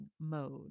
mode